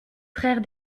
frère